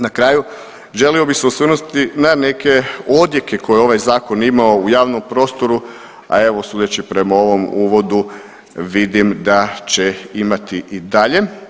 Na kraju želio bih se osvrnuti na neke odjeke koje je ovaj zakon imao u javnom prostoru, a evo sudeći prema ovom uvodu vidim da će imati i dalje.